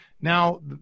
Now